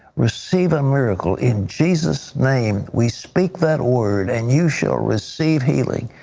receive a miracle in jesus name we speak that word and you shall receive healing.